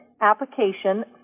application